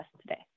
today